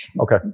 Okay